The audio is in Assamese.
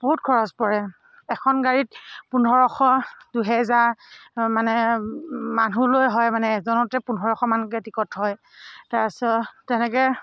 বহুত খৰচ পৰে এখন গাড়ীত পোন্ধৰশ দুহেজাৰ মানে মানুহ লৈ হয় মানে এজনতে পোন্ধৰশমানকৈ টিকট হয় তাৰপাছত তেনেকৈ